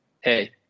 Hey